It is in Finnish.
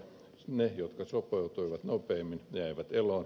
ne jotka sopeutuivat nopeimmin jäivät eloon